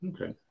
Okay